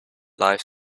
lives